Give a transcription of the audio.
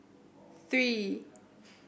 three